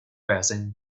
browsing